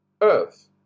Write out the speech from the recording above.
Earth